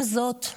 עם זאת,